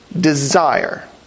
desire